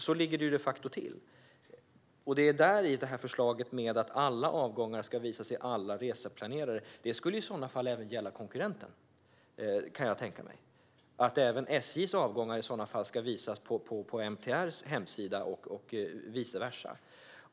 Så ligger det de facto till. Förslaget att alla avgångar ska visas i alla reseplanerare skulle i sådana fall gälla även konkurrenten. Även SJ:s avgångar ska visas på MTR:s hemsida och vice versa.